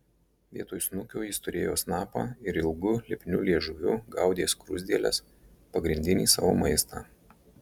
vietoj snukio jis turėjo snapą ir ilgu lipniu liežuviu gaudė skruzdėles pagrindinį savo maistą